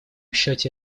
счете